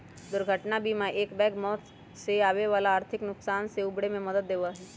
दुर्घटना बीमा एकबैग मौत से होवे वाला आर्थिक नुकसान से उबरे में मदद देवा हई